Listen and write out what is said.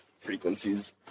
frequencies